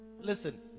listen